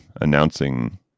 announcing